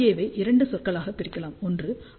வை இரண்டு சொற்களாக பிரிக்கலாம் ஒன்று ஆர்